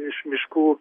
iš miškų